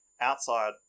outside